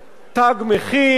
"תג מחיר".